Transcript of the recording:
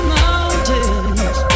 mountains